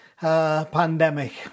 pandemic